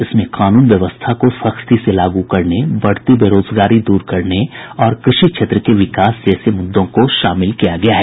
इसमें कानून व्यवस्था को सख्ती से लागू करने बढ़ती बेरोजगारी दूर करने और कृषि क्षेत्र के विकास जैसे मुदृदों को शामिल किया गया है